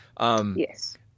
Yes